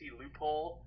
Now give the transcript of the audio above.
loophole